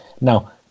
Now